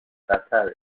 قطر